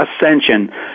ascension